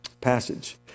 passage